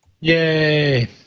Yay